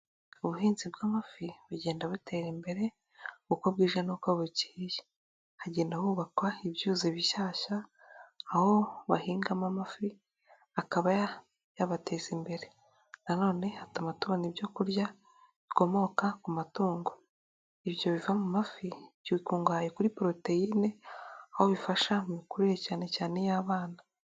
Ubuhinzi bw'amafi bugenda butera imbere uko bwije n'uko bukeye, hagenda hubakwa ibyuzi bishyashya aho bahingamo amafi akaba yabateza imbere, nanone hatuma tubona ibyo kurya bikomoka ku matungo, ibyo biva mu mafi bikungahaye kuri poroteyine aho bifasha mu mikurire cyane cyane iy'abana.